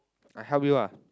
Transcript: I help you ah